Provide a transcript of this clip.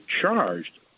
charged